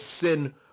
sin